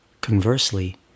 Conversely